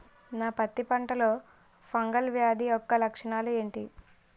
నా పత్తి పంటలో ఫంగల్ వ్యాధి యెక్క లక్షణాలు ఏంటి?